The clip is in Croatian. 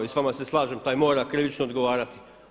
I s vama se slažem, taj mora krivično odgovarati.